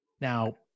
Now